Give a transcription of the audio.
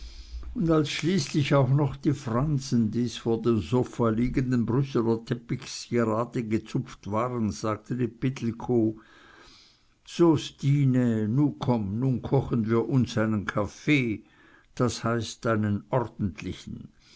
und als schließlich auch noch die fransen des vor dem sofa liegenden brüsseler teppichs geradegezupft waren sagte die pittelkow so stine nu komm nu kochen wir uns einen kaffee das heißt einen orntlichen